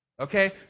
Okay